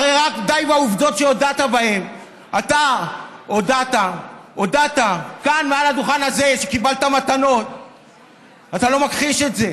אתה הודעת לציבור הישראלי שמשטרת ישראל עשתה